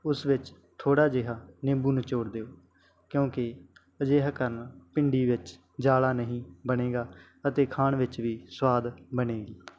ਉਸ ਵਿੱਚ ਥੋੜ੍ਹਾ ਜਿਹਾ ਨਿੰਬੂ ਨਿਚੋੜ ਦਿਓ ਕਿਉਂਕਿ ਅਜਿਹਾ ਕਰਨਾ ਭਿੰਡੀ ਵਿੱਚ ਜਾਲਾ ਨਹੀਂ ਬਣੇਗਾ ਅਤੇ ਖਾਣ ਵਿੱਚ ਵੀ ਸਵਾਦ ਬਣੇਗੀ